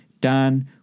Dan